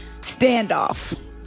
standoff